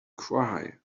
cry